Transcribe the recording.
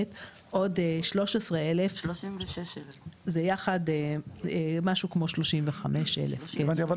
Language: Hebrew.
עוד 13,000. זה יחד משהו כמו 35,000. הבנתי.